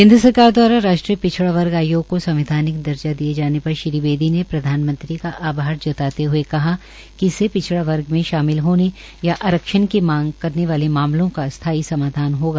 केन्द्र सरकार ने द्वारा राष्ट्रीय पिछड़ा वर्ग आयोग को संवैधानिक दर्जा दिए जाने पर श्री बेदी ने प्रधानमंत्री का आभार जताते हए कहा कि इससे पिछड़ा वर्ग में शामिल होने या आरक्षण की मांग करने वाले मामलों का स्थाई समाधान होगा